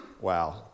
Wow